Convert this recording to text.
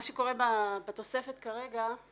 בתוספת כרגע יש